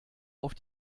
auf